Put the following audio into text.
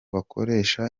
bakoresha